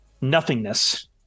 nothingness